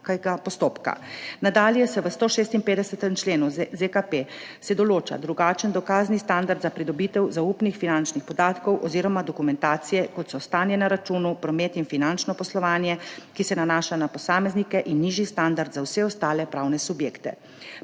Nadalje se v 156. členu ZKP določa drugačen dokazni standard za pridobitev zaupnih finančnih podatkov oziroma dokumentacije, kot so stanje na računu, promet in finančno poslovanje, ki se nanaša na posameznike, in nižji standard za vse ostale pravne subjekte.